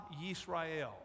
Yisrael